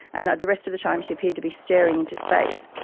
and the rest of the time she appeared to be staring into space.